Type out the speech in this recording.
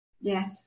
yes